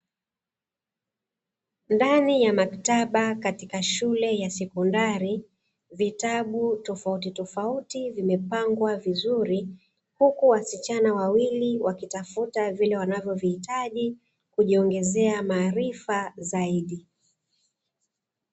Ndani ya maktaba katika shule ya sekondari, vitabu tofautitofauti vimepangwa vizuri huku wasichana wawili wakitafta vile wanavohitaji kujiongezea maharifa zaidi.